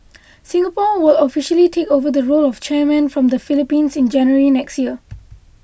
Singapore will officially take over the role of chairman from the Philippines in January next year